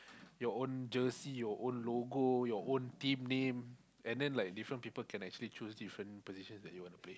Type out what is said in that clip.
your own jersey your own logo your own team name and then like different people can actually choose different positions they want to play